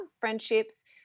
friendships